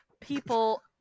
people